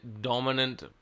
dominant